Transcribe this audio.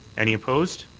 any opposed?